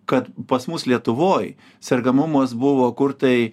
kad pas mus lietuvoj sergamumas buvo kur tai